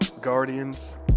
guardians